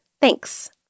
Thanks